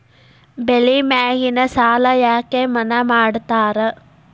ಬೆಳಿ ಮ್ಯಾಗಿನ ಸಾಲ ಯಾಕ ಮನ್ನಾ ಮಾಡ್ತಾರ?